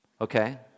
Okay